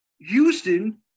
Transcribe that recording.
Houston